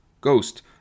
Ghost